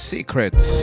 Secrets